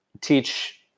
teach